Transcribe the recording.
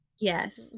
Yes